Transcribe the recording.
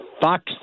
Fox